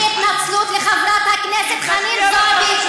והתנצלות לחברת הכנסת חנין זועבי,